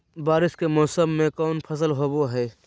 बारिस के मौसम में कौन फसल होबो हाय?